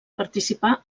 participar